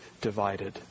divided